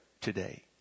today